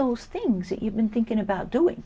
those things that you've been thinking about doing